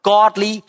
Godly